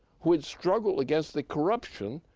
who had struggled against the corruption,